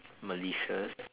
malicious